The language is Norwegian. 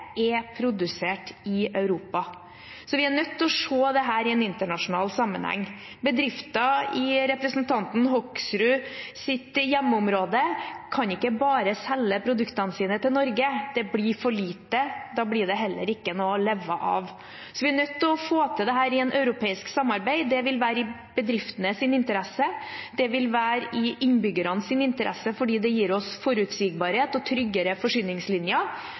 er produsert i Europa, så vi er nødt til å se dette i en internasjonal sammenheng. Bedrifter i representanten Hoksruds hjemmeområde kan ikke bare selge produktene sine til Norge. Det blir for lite. Da blir det heller ikke noe å leve av. Vi er nødt til å få til dette i et europeisk samarbeid. Det vil være i bedriftenes interesse. Det vil være i innbyggernes interesse fordi det gir oss forutsigbarhet og tryggere forsyningslinjer,